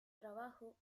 trabajo